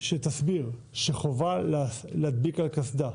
שתסביר שחובה להדביק על הקסדה